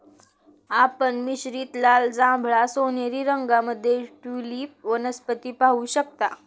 आपण मिश्रित लाल, जांभळा, सोनेरी रंगांमध्ये ट्यूलिप वनस्पती पाहू शकता